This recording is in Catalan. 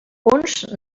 uns